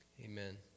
Amen